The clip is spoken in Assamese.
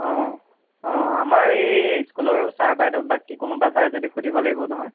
অঁ অঁ আমাৰ এই স্কুলৰো ছাৰ বাইদেউ বাকী কোনোবা যায় যদি সুধিব লাগিব নহয়